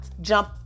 jump